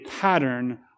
pattern